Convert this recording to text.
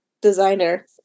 designer